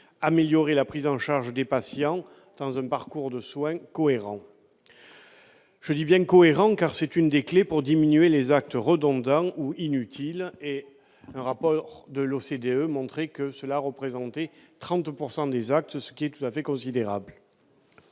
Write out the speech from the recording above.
améliorer la prise en charge des patients dans un parcours de soins cohérent. Je dis bien « cohérent »: c'est là l'une des clés pour diminuer les actes redondants ou inutiles- un rapport de l'OCDE montrait que de tels actes représentaient 30 % du total, ce qui est tout à fait considérable.